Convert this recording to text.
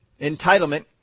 Entitlement